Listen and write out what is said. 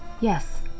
Yes